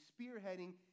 spearheading